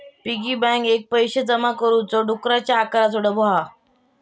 piggy bank एक पैशे जमा करुचो डुकराच्या आकाराचो डब्बो हा